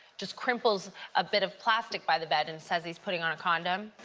just crimples a bit of plastic by the bed and says he's putting on a condom.